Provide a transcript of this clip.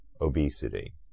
obesity